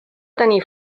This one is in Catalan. tenir